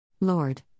Lord